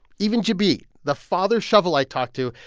even jabi, the father shovel i talked to,